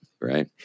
Right